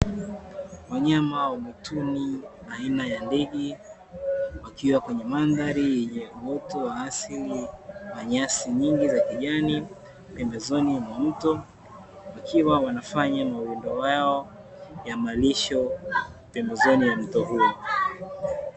Wanyama wa mwituni aina ya ndege, wakiwa kwenye mandhari yenye uoto wa asili wa nyasi nyingi za kijani pembezoni mwa mto wakiwa wanafanya mawindo yao ya malisho, pembezoni ya mto huo.